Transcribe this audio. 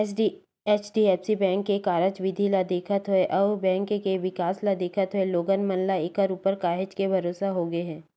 HDFC bank के कारज बिधि ल देखत होय अउ ए बेंक के बिकास ल देखत होय लोगन मन ल ऐखर ऊपर काहेच के भरोसा होगे हे